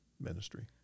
ministry